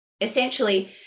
essentially